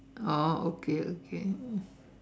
oh okay okay